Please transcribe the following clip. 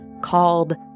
called